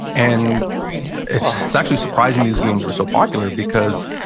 and it's it's actually surprising these games were so popular because,